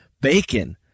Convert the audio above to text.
bacon